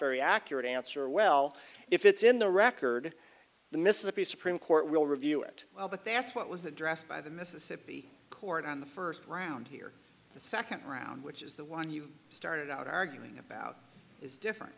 very accurate answer well if it's in the record the mississippi supreme court will review it well but they asked what was the dress by the mississippi court on the first round here the second round which is the one you started out arguing about is different